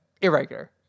Irregular